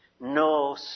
No